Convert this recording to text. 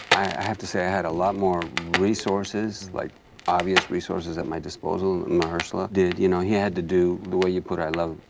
i have to say, i had a lot more resources, like obvious resources at my disposal, mahershala did, you know, he had to do, the way you put i love,